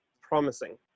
promising